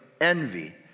envy